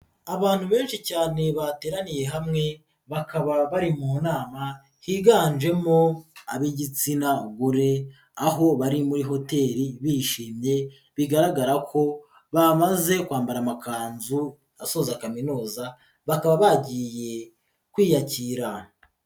Abantu benshi cyane bateraniye hamwe bakaba bari mu nama aho higanjemo ab'igitsina gore aho bari muri hoteli bishimye bigaragara ko bamaze kwambara amakanzu asoza kaminuza bakaba bagiye kwiyakira.